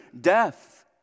death